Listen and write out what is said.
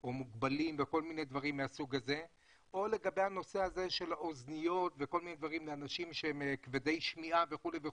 או מוגבלים או לגבי הנושא הזה של אוזניות לאנשים כבדי שמיעה וכולי,